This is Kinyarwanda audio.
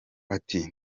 ati